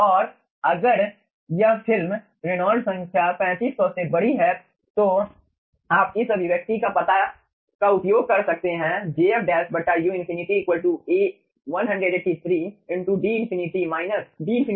और अगर यह फिल्म रेनॉल्ड्स संख्या 3500 से बड़ी है तो आप इस अभिव्यक्ति का उपयोग कर सकते हैं jf u∞ 183 d∞ D32